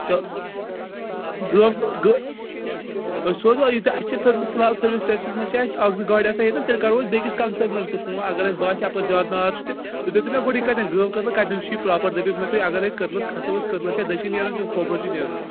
تہٕ گٲو گٲو أسۍ سوزو یہِ تہٕ اَسہِ چھِ فِلحال سٔروس سِٹیشنَس منٛز چھِ اَسہِٕ اَکھ زٕ گاڑِ آسان ییٚتٮ۪تھ تیٚلہِ کَرہو أسۍ بیٚیِس کنَسٲرنَس تہِ فون اَگر اَسہِ باسہِ اَپٲرۍ زیادٕ نار چھُ تہٕ تُہۍ دٔپِو مےٚ گۄڈٕ یہِ کَت۪ن گٲو کٔدلہٕ کتٮ۪ن چھُ یہِ پراپر دٔپِو مےٚ تُہۍ اَگرے کٔدٕلس کھسو أسۍ کٔدٕلس چھا دٔچھِنۍ نیرُن کِنہٕ کھۅوٕرۍ چھُ نیرُن